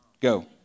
go